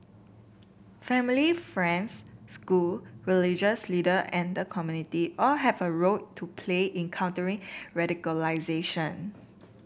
family friends school religious leader and the community all have a role to play in countering radicalisation